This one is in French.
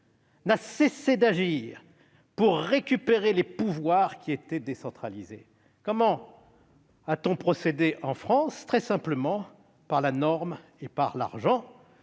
n'a cessé d'agir pour récupérer les pouvoirs qui étaient décentralisés. Comment a-t-on procédé en France ? Très simplement : par la norme et par l'argent.